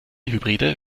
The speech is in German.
hybride